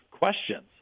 questions